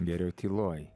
geriau tyloj